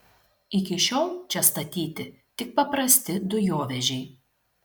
iki šiol čia statyti tik paprasti dujovežiai